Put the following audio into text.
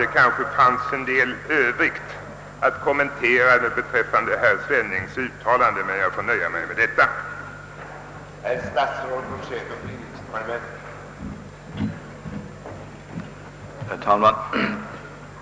Det skulle finnas anledning att ytterligare kommentera herr Svennings uttalanden, men jag nöjer mig med det nu sagda.